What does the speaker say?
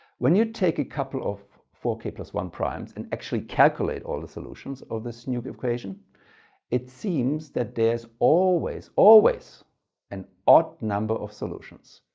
when you take a couple of four k one primes and actually calculate all the solutions of this new equation it seems that there's always, always an odd number of solutions.